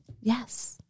Yes